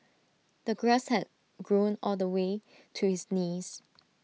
the grass had grown all the way to his knees